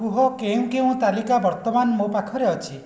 କୁହ କେଉଁ କେଉଁ ତାଲିକା ବର୍ତ୍ତମାନ ମୋ ପାଖରେ ଅଛି